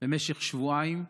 במשך שבועיים,